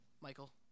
Michael